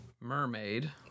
mermaid